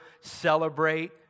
Celebrate